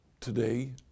today